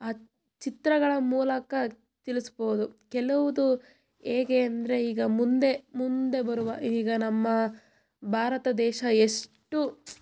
ಆ ಚಿತ್ರಗಳ ಮೂಲಕ ತಿಳಿಸ್ಬೋದು ಕೆಲವುದು ಹೇಗೆ ಅಂದರೆ ಈಗ ಮುಂದೆ ಮುಂದೆ ಬರುವ ಈಗ ನಮ್ಮ ಭಾರತ ದೇಶ ಎಷ್ಟು